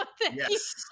Yes